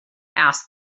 asked